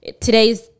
today's